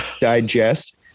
digest